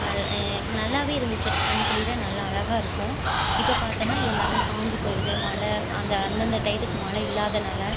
மழை நல்லாவே இருந்துச்சு கண்குளிர நல்லா அழகாக இருக்கும் இப்போ பார்த்தோம்னா எல்லாமே காஞ்சிப் போய்டுது மழை அந்த அந்தந்த டைத்துக்கு மழை இல்லாதனால்